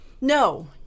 No